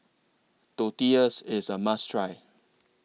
Tortillas IS A must Try